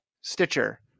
Stitcher